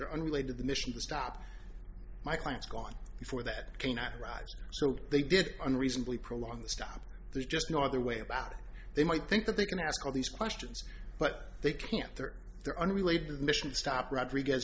are unrelated the mission to stop my clients gone before that can arise so they did unreasonably prolong the stop there's just no other way about it they might think that they can ask all these questions but they can't or they're unrelated mission stop rodriguez